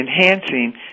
enhancing